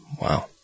Wow